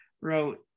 wrote